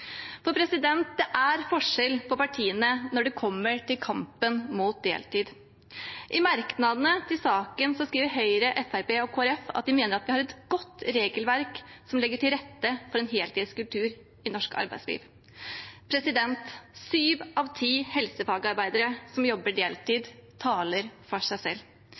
Det er forskjell på partiene når det kommer til kampen mot deltid. I merknadene til saken skriver Høyre, Fremskrittspartiet og Kristelig Folkeparti at de mener vi har et godt regelverk som legger til rette for en heltidskultur i norsk arbeidsliv. Syv av ti helsefagarbeidere som jobber deltid, taler for seg selv.